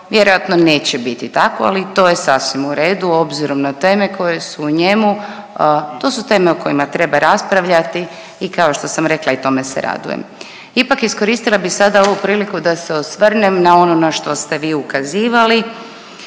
vjerojatno neće biti tako, ali to je sasvim u redu obzirom na teme koje su u njemu. To su teme o kojima treba raspravljati i kao što sam rekla i tome se radujem. Ipak iskoristila bih sada ovu priliku da se osvrnem na ono na što ste vi ukazivali,